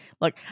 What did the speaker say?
look